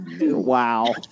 Wow